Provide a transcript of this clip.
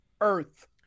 earth